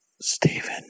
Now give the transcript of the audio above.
Stephen